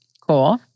Cool